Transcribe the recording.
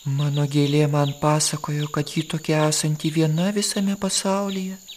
mano gėlė man pasakojo kad ji tokia esanti viena visame pasaulyje